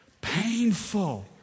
Painful